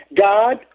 God